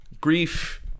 grief